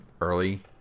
early